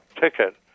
ticket